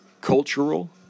cultural